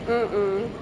mm mm